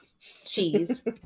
cheese